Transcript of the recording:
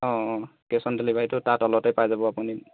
অঁ cash on ডেলিভাৰীটো তাৰ তলতেই পাই যাব আপুনি